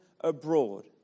abroad